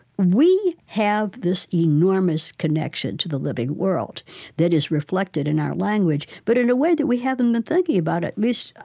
we have this enormous connection to the living world that is reflected in our language, but in a way that we haven't been thinking about. at least,